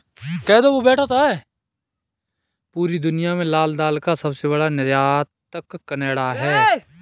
पूरी दुनिया में लाल दाल का सबसे बड़ा निर्यातक केनेडा है